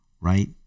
right